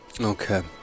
Okay